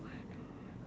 why not